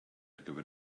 gyfer